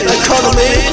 economy